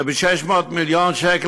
וב-600 מיליון שקל,